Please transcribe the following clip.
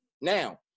now